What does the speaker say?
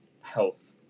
health